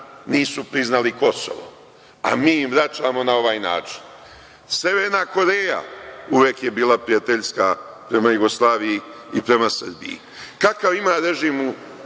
nisu priznali Kosovo, a mi im vraćamo na ovaj način. Severna Koreja je uvek bila prijateljska prema Jugoslaviji i prema Srbiji. Kakav režim